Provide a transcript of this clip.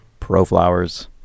ProFlowers